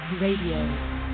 Radio